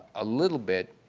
a little bit,